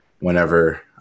whenever